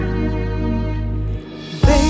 Baby